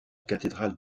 cathédrale